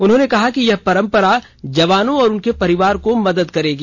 उन्होंने कहा कि यह परम्परा जवानों और उनके परिवार को मदद करेगी